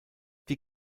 die